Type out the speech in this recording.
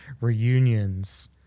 reunions